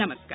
नमस्कार